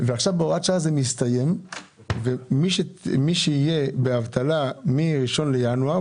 ועכשיו הוראת השעה מסתיימת ומי שיהיה באבטלה מ-1 בינואר,